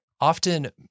often